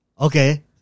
Okay